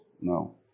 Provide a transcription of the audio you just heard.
No